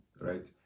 right